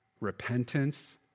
repentance